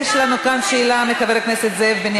יש לנו כאן שאלה של חבר הכנסת זאב בנימין בגין.